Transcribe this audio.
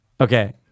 Okay